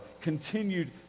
continued